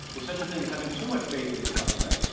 there's such a thing as having too much faith in your government.